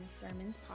Sermons